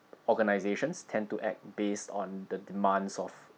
organisations tend to act based on the demands of